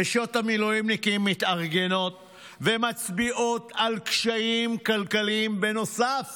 נשות המילואימניקים מתארגנות ומצביעות על קשיים כלכליים נוסף